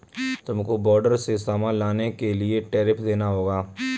तुमको बॉर्डर से सामान लाने के लिए टैरिफ देना होगा